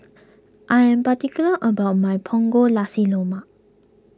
I am particular about my Punggol Nasi low mark